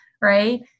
right